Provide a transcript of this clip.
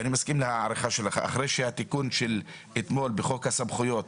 אחרי התיקון שהתקבל אתמול בחוק הסמכויות,